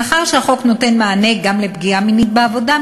מאחר שהחוק נותן מענה גם לפגיעה מינית בעבודה,